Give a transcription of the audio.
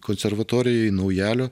konservatorijoj naujalio